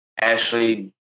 Ashley